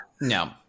No